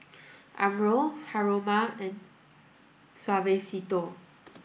Umbro Haruma and Suavecito